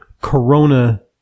corona